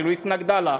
כאילו התנגדה לה,